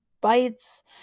bites